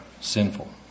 sinful